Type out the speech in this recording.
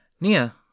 Nia